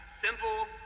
simple